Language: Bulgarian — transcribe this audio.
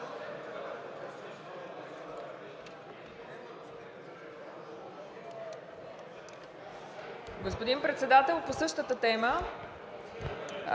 Господин Председател, по същата тема.